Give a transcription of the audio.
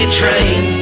train